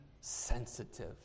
sensitive